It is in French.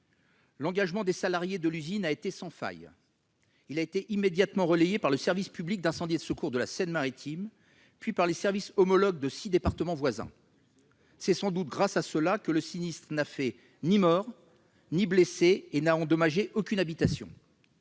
L'engagement des salariés de l'usine a été sans faille. Il a été immédiatement relayé par le service départemental d'incendie et de secours de la Seine-Maritime, puis par les services homologues de six départements voisins. C'est sans doute grâce à cet engagement que le sinistre n'a fait ni morts ni blessés et n'a endommagé aucune habitation.